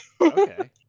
Okay